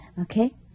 Okay